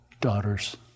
daughters